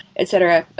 etc.